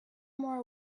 more